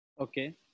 Okay